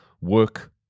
work